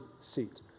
seat